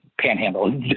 Panhandle